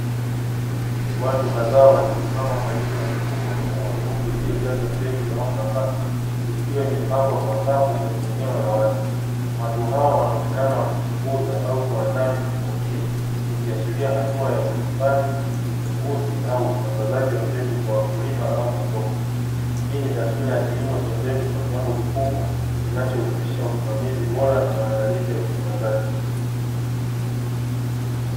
Watu kadhaa wakisimama karibu na mifuko mikubwa meupe iliyojazwa mbegu au nafaka ikiwa imepangwa kwa safu kwenye eneo la wazi, watu hawa wanaoneka wakichunguza au kuandaa mifuko hii ikiashiria hatua ya uhifadhi, uchunguzi au usambazaji wa mbegu kwa wakulima au masoko. Hii ni taswira ya kilimo cha mbegu kwa kiwango kikubwa kinachohusisha usimamizi bora na maandalizi ya usambazaji.